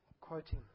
quoting